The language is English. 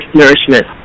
nourishment